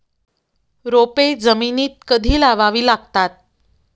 रोपे जमिनीत कधी लावावी लागतात?